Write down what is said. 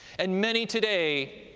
and many today,